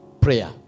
prayer